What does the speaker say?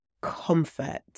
comfort